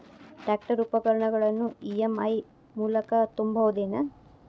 Tractor ಉಪಕರಣಗಳನ್ನು EMI ಮೂಲಕ ತುಂಬಬಹುದ ಏನ್?